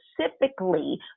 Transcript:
specifically